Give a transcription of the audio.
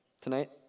tonight